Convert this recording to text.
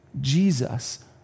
Jesus